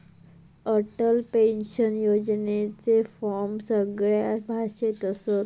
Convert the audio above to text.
Atal pension योजनेचे form सगळ्या भाषेत असत